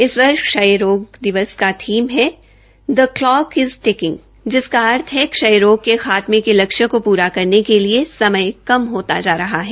इस वर्ष क्षय रोग दिवस का थीम है दी क्लोक इज टिकरिंग जिसका अर्थ है क्षय रोग के खात्मे के लक्ष्य को पूरा करने के लिए समय कम होता जा रहा है